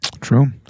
true